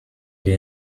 get